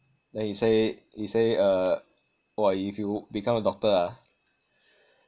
then he say he say uh !wah! if you become a doctor ah